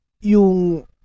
Yung